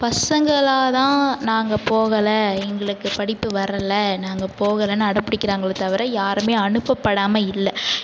பசங்களாக தான் நாங்கள் போகல எங்களுக்கு படிப்பு வரல நாங்கள் போகறேன்னு அடம்பிடிக்கறாங்களே தவிர யாருமே அனுப்பப்படாமல் இல்லை